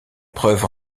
preuve